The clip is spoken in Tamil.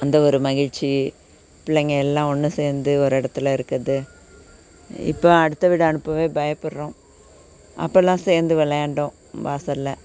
அந்த ஒரு மகிழ்ச்சி பிள்ளைங்க எல்லாம் ஒன்று சேர்ந்து ஒரு இடத்துல இருக்கிறது இப்போ அடுத்த வீடு அனுப்பவே பயப்புடுறோம் அப்பெல்லாம் சேர்ந்து விளையாண்டோம் வாசல்ல